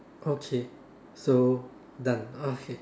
okay so done okay